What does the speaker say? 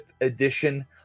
edition